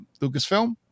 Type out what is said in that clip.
Lucasfilm